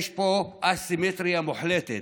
יש פה א-סימטריה מוחלטת: